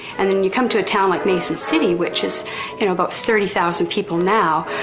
and when you come to a town like mason city, which is you know about thirty thousand people now,